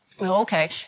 Okay